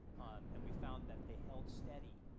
and we found that they held steady,